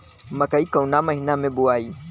मकई कवना महीना मे बोआइ?